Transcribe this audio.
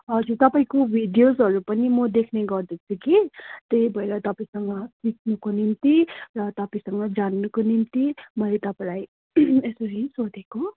हजुर तपाईँको भिडियोजहरू पनि म देख्ने गर्दछु कि त्यही भएर तपाईँसँग सिक्नुको निम्ति र तपाईँसँग जान्नुको निम्ति मैले तपाईँलाई यसरी सोधेको